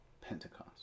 pentecost